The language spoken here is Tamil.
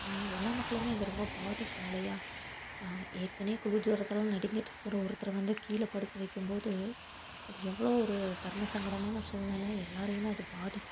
எல்லா மக்களுமே இத ரொம்ப பாதிக்கும் இல்லையா ஏற்கனவே குளிர் ஜொரத்தில் நடிங்கிட்டுருக்குற ஒருத்தரை வந்து கீழே படுக்க வைக்கும்போது அது எவ்வளோ ஒரு தர்ம சங்கடமான சூழ்நிலை எல்லாரையுமே அது பாதிக்கும்